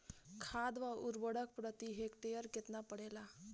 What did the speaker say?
खाद व उर्वरक प्रति हेक्टेयर केतना परेला?